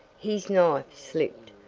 his knife slipped,